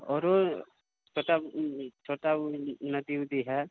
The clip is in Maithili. आओरो छोटा छोटा नदी ओदी हय